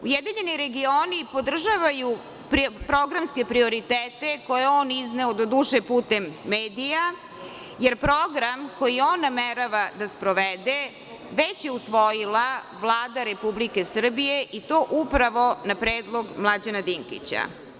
Ujedinjeni regioni podržavaju programske prioritete koje je on izneo, do duše putem medija, jer program koji on namerava da sprovede već je usvojila Vlada Republike Srbije i to upravo na predlog Mlađana Dinkića.